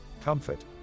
comfort